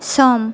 सम